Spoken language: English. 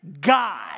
God